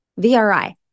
VRI